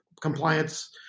compliance